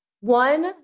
one